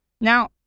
Now